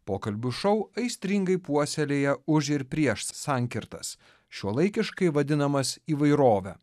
pokalbių šou aistringai puoselėja už ir prieš sankirtas šiuolaikiškai vadinamas įvairove